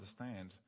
understand